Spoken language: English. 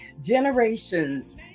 generations